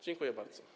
Dziękuję bardzo.